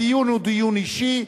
הדיון הוא דיון אישי,